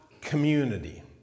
community